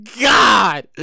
God